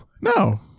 no